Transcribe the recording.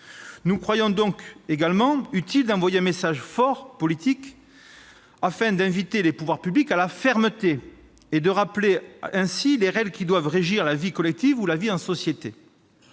Nous croyons également utile d'envoyer un message politique fort, afin d'inviter les pouvoirs publics à la fermeté et de rappeler les règles qui doivent régir la vie collective ou la vie en société.